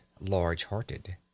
large-hearted